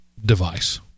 Device